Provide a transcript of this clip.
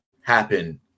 happen